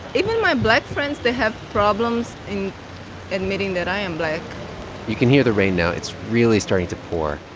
even my black friends they have problems admitting that i am black you can hear the rain now. it's really starting to pour.